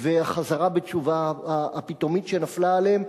והחזרה בתשובה הפתאומית שנפלה עליהם.